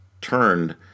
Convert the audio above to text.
turned